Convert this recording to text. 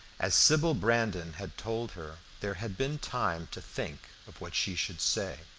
as sybil brandon had told her, there had been time to think of what she should say,